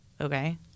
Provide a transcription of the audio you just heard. okay